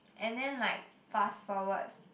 and then like fast forwards